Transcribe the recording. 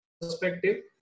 perspective